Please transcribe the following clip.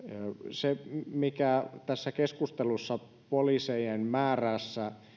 mikä tässä keskustelussa poliisien määrästä